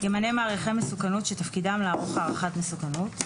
ימנה מעריכי מסוכנות שתפקידם לערוך הערכת מסוכנות,